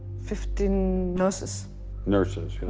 fifteen nurses nurses.